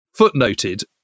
footnoted